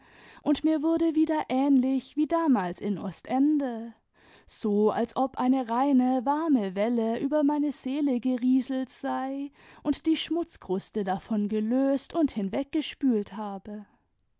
und mir wurde wieder ähnlich wie damals in ostende so als ob eine reine warme welle über meine seele gerieselt sei und die schmutzkruste davon gelöst und hinweggespült habe